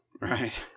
Right